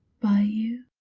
by you.